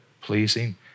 pleasing